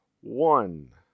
one